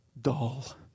dull